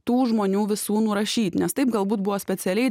tų žmonių visų nurašyt nes taip galbūt buvo specialiai